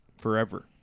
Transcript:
forever